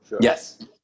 yes